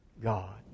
God